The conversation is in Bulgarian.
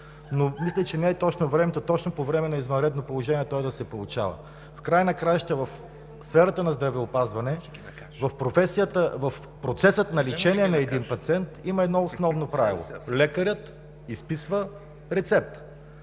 но мисля, че не е времето точно по време на извънредно положение той да се получава. В края на краищата в сферата на здравеопазването, в процеса на лечение на един пациент има едно основно правило – лекарят изписва рецепта,